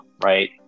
right